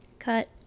cut